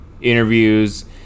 interviews